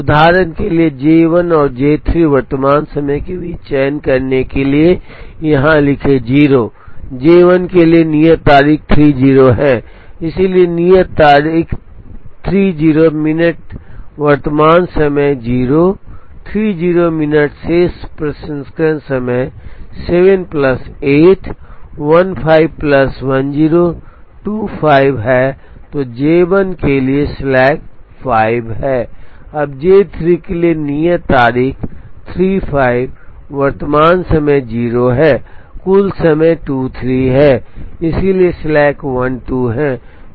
उदाहरण के लिए जे 1 और जे 3 वर्तमान समय के बीच चयन करने के लिए यहां लिखें 0 जे 1 के लिए नियत तारीख 30 है इसलिए नियत तारीख 30 मिनट वर्तमान समय 0 30 मिनट शेष प्रसंस्करण समय 7 प्लस 8 15 प्लस 10 25 है तो J 1 के लिए स्लैक 5 है अब J 3 के लिए नियत तारीख 35 वर्तमान समय 0 है कुल समय 23 है इसलिए स्लैक 12 है